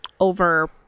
over